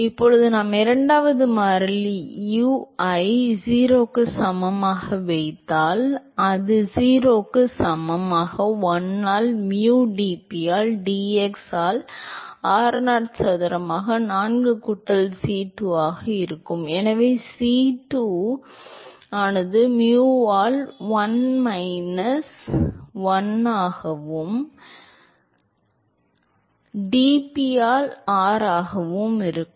இப்போது நான் இரண்டாவது மாறிலி u ஐ 0 க்கு சமமாக வைத்தால் அது 0 க்கு சமமாக 1 ஆல் mu dp ஆல் dx ஆல் r0 சதுரமாக 4 கூட்டல் c2 ஆக இருக்கும் ஏனெனில் c2 ஆனது mu ஆல் 1 மைனஸ் 1 ஆகவும் dp ஆல் r ஆகவும் இருக்கும்